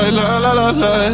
la-la-la-la